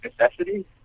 necessity